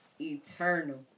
Eternal